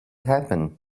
happen